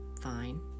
fine